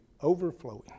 overflowing